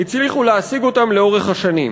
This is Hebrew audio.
הצליחו להשיג לאורך השנים.